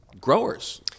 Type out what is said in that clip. growers